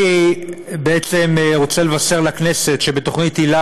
אני רוצה לבשר לכנסת שבתוכנית היל"ה